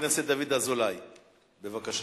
תודה רבה.